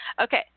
Okay